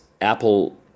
Apple